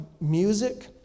music